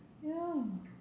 ya